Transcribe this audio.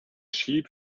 sheep